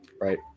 Right